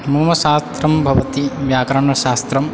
मम शास्त्रं भवति व्याकरणशास्त्रं